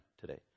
today